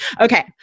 Okay